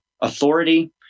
authority –